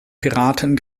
piraten